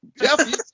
Jeff